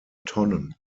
tonnen